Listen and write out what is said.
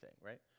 right